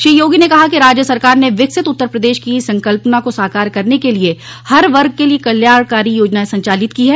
श्री योगी ने कहा कि राज्य सरकार ने विकसित उत्तर प्रदेश की संकल्पना को साकार करने के लिए हर वर्ग के लिए कल्याणकारी योजनाएं संचालित की हैं